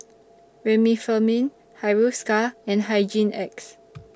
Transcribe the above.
Remifemin Hiruscar and Hygin X